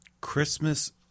Christmas